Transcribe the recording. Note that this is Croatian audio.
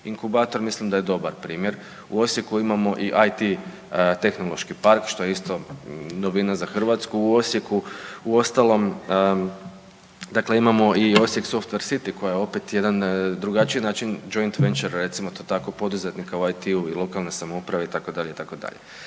inkubator mislim da je dobar primjer. U Osijeku imamo i IT tehnološki park što je isto novina za Hrvatsku u Osijeku uostalom dakle imamo i Osijek softver city koja je opet jedna drugačiji način joint venture recimo to tako poduzetnika u IT i lokalnoj samoupravi itd.,